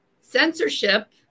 censorship